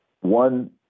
One